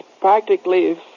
practically